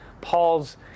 Paul's